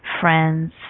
friends